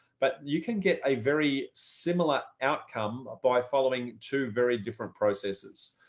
but you can get a very similar outcome by following two very different processes.